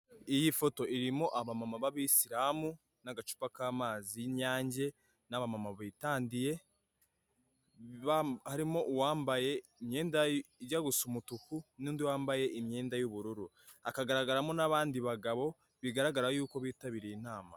Iyi foto irimo abama b'abisilamu n'agacupa k'amazi y'inyange n'aba mama bitandiye, harimo uwambaye imyenda ijya gusa umutuku n'undi wambaye imyenda y'ubururu. Hakagaragaramo n'abandi bagabo bigaragara yuko bitabiriye inama.